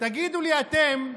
תגידו לי אתם,